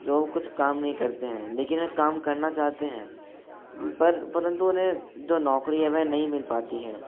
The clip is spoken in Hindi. जो कुछ काम नहीं करते हैं लेकिन वे काम करना चाहते हैं पर परंतु उन्हें जो नौकरी है वह नहीं मिल पाती है